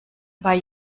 bei